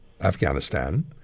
Afghanistan